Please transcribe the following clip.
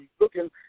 looking